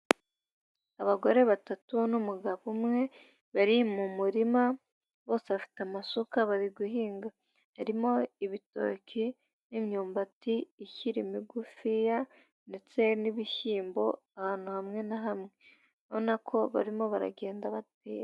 Abagore batatu n'umugabo umwe, bari mu murima, bose bafite amasuka bari guhinga, harimo ibitoki n'imyumbati ikiri migufiya, ndetse n'ibishyimbo ahantu hamwe na hamwe, ubona ko barimo baragenda batera.